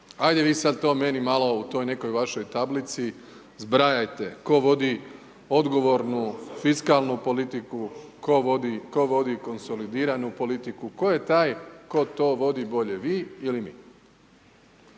Ajde vi sada to meni malo u toj nekoj vašoj tablici zbrajajte, tko vodi odgovornu fiskalnu politiku, tko vodi konsolidiranu politiku, tko je taj tko to vodi bolje vi ili mi?